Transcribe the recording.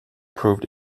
proved